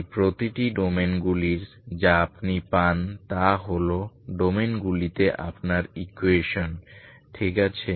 এই প্রতিটি ডোমেনগুলির যা আপনি পান তা হল এই ডোমেনগুলিতে আপনার ইকুয়েশন ঠিক আছে